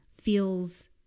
feels